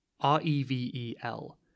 R-E-V-E-L